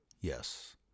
Yes